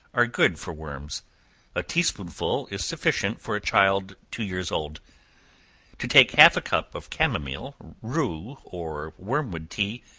are good for worms a tea-spoonful is sufficient for a child two years old to take half a cup of chamomile, rue or wormwood tea,